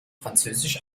französisch